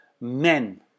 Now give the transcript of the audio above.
men